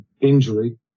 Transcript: injury